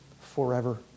forever